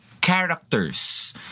Characters